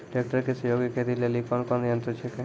Tractor के सहयोगी खेती लेली कोन कोन यंत्र छेकै?